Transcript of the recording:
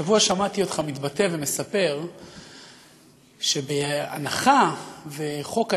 השבוע שמעתי אותך מתבטא ומספר שבהנחה שחוק הדגל,